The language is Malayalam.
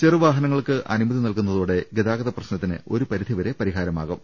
ചെറുവാഹ നങ്ങൾക്ക് അനുമതി നൽകുന്നതോടെ ഗതാഗത പ്രശ്ന ത്തിന് ഒരു പരിധി വരെ പരിഹാരമാകും